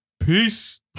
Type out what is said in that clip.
Peace